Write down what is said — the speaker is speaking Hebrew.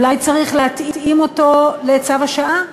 אולי צריך להתאים אותו לצו השעה,